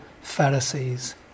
Pharisees